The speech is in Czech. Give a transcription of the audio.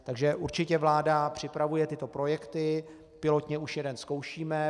Takže určitě vláda připravuje tyto projekty, pilotně už jeden zkoušíme.